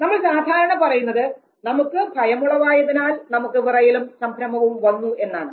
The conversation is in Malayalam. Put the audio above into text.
നമ്മൾ സാധാരണ പറയുന്നത് നമുക്ക് ഭയമുളവായതിനാൽ നമുക്ക് വിറയലും സംഭ്രമവും വന്നു എന്നാണ്